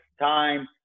time